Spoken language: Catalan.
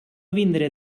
vindré